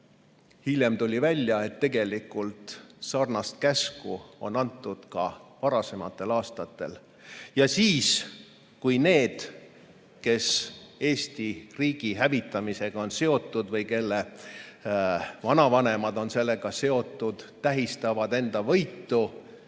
hiljem tuli välja, et samasugune käsk on antud ka varasematel aastatel. Siis, kui need, kes Eesti riigi hävitamisega on seotud, või kelle vanavanemad on sellega seotud, tähistavad enda võitu,